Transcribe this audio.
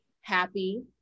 happy